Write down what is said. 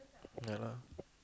ya lah